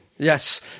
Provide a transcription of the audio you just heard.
Yes